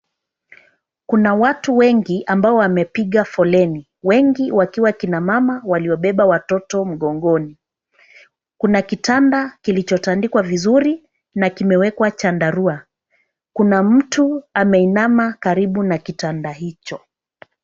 Kuna watu wengi ambao wamepiga foleni, wengi wakiwa kina mama waliobeba watoto mgongoni. Kuna kitanda kilichotandikwa vizuri na kimewekwa chandarua. Kuna mtu ameinama karibu na kitanda hicho.